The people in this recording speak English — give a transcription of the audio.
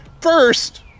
First